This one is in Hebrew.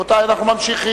רבותי, אנחנו ממשיכים.